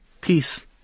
peace